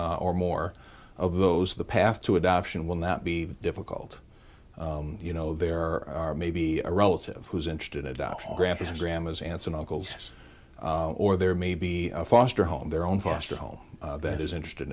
or more of those the path to adoption will not be difficult you know there are maybe a relative who's interested adoption grant is gramma's aunts and uncles or there may be a foster home their own foster home that is interested